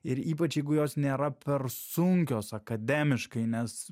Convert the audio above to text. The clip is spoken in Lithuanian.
ir ypač jeigu jos nėra per sunkios akademiškai nes